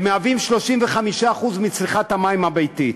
והם מהווים 35% מצריכת המים הביתית.